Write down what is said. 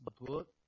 book